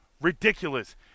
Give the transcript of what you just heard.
ridiculous